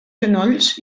genolls